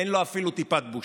אין לו אפילו טיפת בושה.